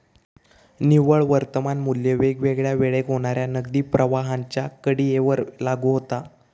निव्वळ वर्तमान मू्ल्य वेगवेगळ्या वेळेक होणाऱ्या नगदी प्रवाहांच्या कडीयेवर लागू होता